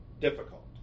difficult